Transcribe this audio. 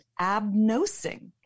abnosing